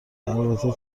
البته